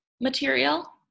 material